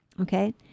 Okay